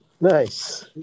Nice